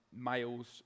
males